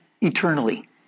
eternally